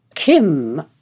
Kim